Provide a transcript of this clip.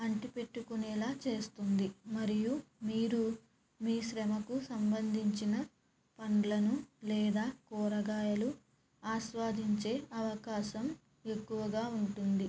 అంటిపెట్టుకునేలా చేస్తుంది మరియు మీరు మీ శ్రమకు సంబంధించిన పండ్లను లేదా కూరగాయలు ఆస్వాదించే అవకాశం ఎక్కువగా ఉంటుంది